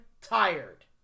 tired